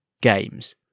games